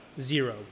Zero